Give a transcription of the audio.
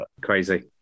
Crazy